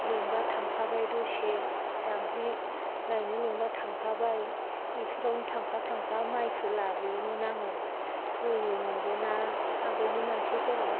लिंब्ला थांफाबाय दसे दांग्रि लायनो लिंब्ला थांफाबाय इफोरावनो थांफा थांफा माइखो लाबोयोमोन आङो होयोमोनबोना आगोलनि मानसिफोरा